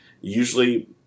Usually